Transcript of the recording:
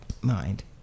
mind